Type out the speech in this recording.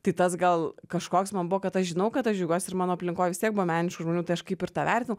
tai tas gal kažkoks man buvo kad aš žinau kad aš džiaugiuos ir mano aplinkoj vis tiek buvo meniškų žmonių tai aš kaip ir tą vertinau